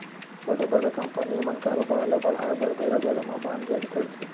बड़े बड़े कंपनी मन कारोबार ल बढ़ाय बर बेरा बेरा म बांड जारी करथे